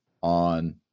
on